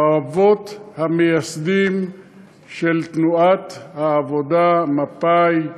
האבות המייסדים של תנועת העבודה, מפא"י,